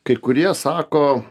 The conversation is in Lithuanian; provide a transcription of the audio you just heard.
kai kurie sako